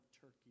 Turkey